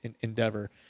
endeavor